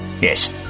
Yes